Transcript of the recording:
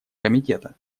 комитета